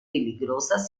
peligrosas